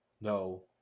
no